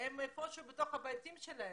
הם איפשהו בתוך הבתים שלהם.